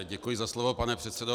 Děkuji za slovo, pane předsedo.